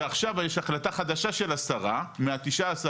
ועכשיו יש החלטה חדשה של השרה מה-19.6